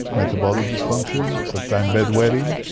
metabolic dysfunction, sometimes bedwetting,